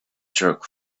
jerk